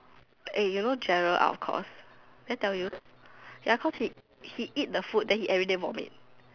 eh you know Gerald out of course did I tell you ya cause he he eat the food then he everyday vomit